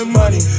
money